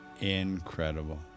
Incredible